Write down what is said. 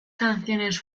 canciones